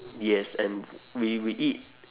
yes and we we eat